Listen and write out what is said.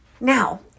Now